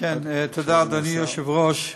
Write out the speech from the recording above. אדוני השר.